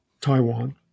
Taiwan